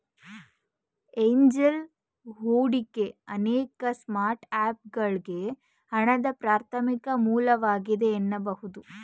angel ಹೂಡಿಕೆ ಅನೇಕ ಸ್ಟಾರ್ಟ್ಅಪ್ಗಳ್ಗೆ ಹಣದ ಪ್ರಾಥಮಿಕ ಮೂಲವಾಗಿದೆ ಎನ್ನಬಹುದು